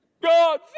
God